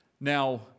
Now